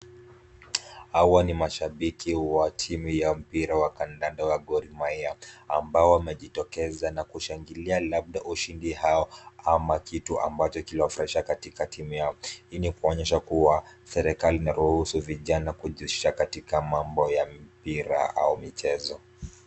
Hawa ni mashabiki wa timu ya mpira wa kandanda ya Gormahia ambao wamejitokeza na kushangilia labda ushindi wao, au labda kitu ambacho kiliwafurahisha katika timu yao. Hii ni kuonyesha kuwa, serikali inaruhusu vijana kujihusisha katika mambo ya mpira au michezo.